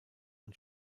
und